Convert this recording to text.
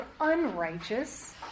unrighteous